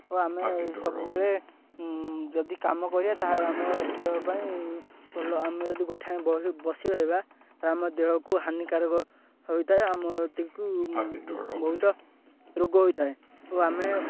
ଓ ଆମେ ସବୁବେଳେ ଯଦି କାମ କରିବା ତା'ହେଲେ ଆମ ଦେହ ପାଇଁ ଭଲ ଆମେ ଯଦି ଗୋଟିଏ ବସି ରହିବା ରମ ଦେହକୁ ହାନିକାରକ ହୋଇଥାଏ ଆମ ତିକୁ ବହୁତ ରୋଗ ହୋଇଥାଏ ଓ ଆମେ